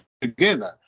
together